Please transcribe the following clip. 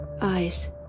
Eyes